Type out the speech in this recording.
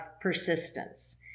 persistence